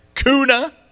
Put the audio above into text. Kuna